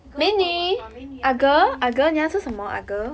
girl called what ah 美女 ah 美女